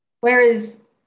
Whereas